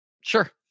Sure